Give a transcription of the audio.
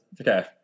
okay